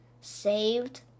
saved